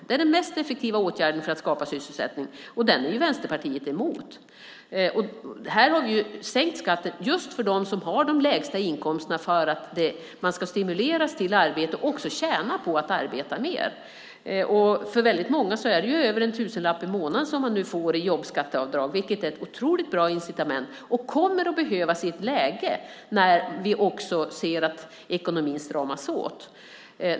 Det är den mest effektiva åtgärden för att skapa sysselsättning, och den är ju Vänsterpartiet emot. Vi har sänkt skatten just för dem som har de lägsta inkomsterna för att man ska stimuleras till arbete och också tjäna på att arbeta mer. För väldigt många är det över en tusenlapp i månaden som man nu får i jobbskatteavdrag, vilket är ett otroligt bra incitament. Det kommer att behövas i ett läge när vi ser att ekonomin stramas åt.